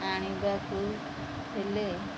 ଆଣିବାକୁ କହିଥିଲେ